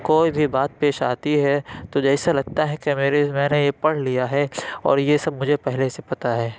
کوئی بھی بات پیش آتی ہے تو جیسے لگتا ہے کہ میری میں نے یہ پڑھ لیا ہے اور یہ سب مجھے پہلے سے پتہ ہے